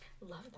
Love